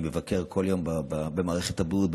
אני מבקר כל יום במערכת הבריאות,